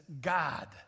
God